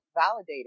validated